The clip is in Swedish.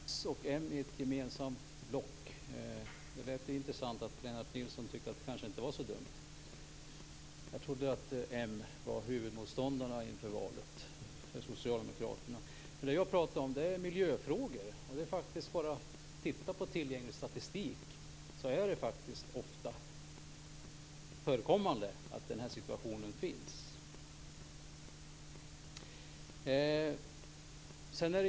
Herr talman! S och m i ett gemensamt block. Det är rätt intressant att Lennart Nilsson inte tyckte att det var så dumt. Jag trodde att m var huvudmotståndarna inför valet för Socialdemokraterna. Jag pratade om miljöfrågor. Det går att titta på tillgänglig statistik. Den situationen är ofta förekommande.